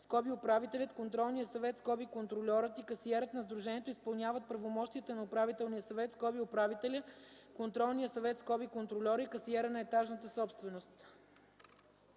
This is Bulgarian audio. съвет (управителят), контролният съвет (контрольорът) и касиерът на сдружението изпълняват правомощията на управителния съвет (управителя), контролния съвет (контрольора) и касиера на етажната собственост.”